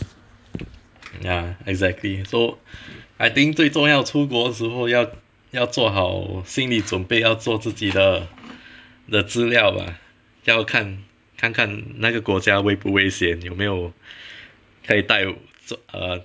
ya exactly so I think 最重要出国时候要要做好心理准备要做自己的资料吧要看看看那个国家威不威胁有没有可以带 uh